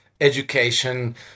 education